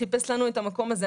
חיפש לנו את המקום זה.